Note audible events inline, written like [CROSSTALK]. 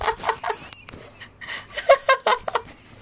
[LAUGHS]